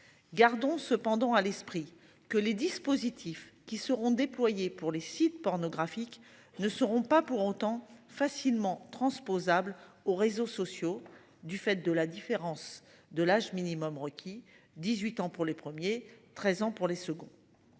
Gardons cependant à l'esprit que les dispositifs qui seront déployés pour les sites pornographiques ne seront pas pour autant facilement transposable aux réseaux sociaux du fait de la différence de l'âge minimum requis 18 ans pour les premiers 13 ans pour les seconds.